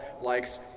likes